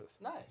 Nice